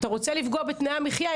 אתה רוצה בתנאי המחיה?